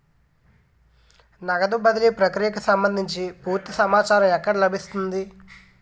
నగదు బదిలీ ప్రక్రియకు సంభందించి పూర్తి సమాచారం ఎక్కడ లభిస్తుంది?